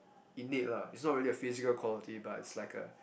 innate lah it's not really a physical quality but it's like a